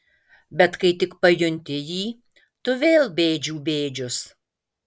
bet kai tik pajunti jį tu vėl bėdžių bėdžius